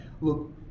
look